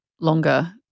longer